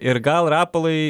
ir gal rapolai